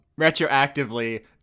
retroactively